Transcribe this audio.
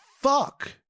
fuck